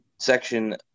section